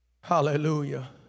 hallelujah